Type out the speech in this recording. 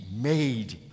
made